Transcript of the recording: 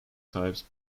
types